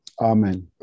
Amen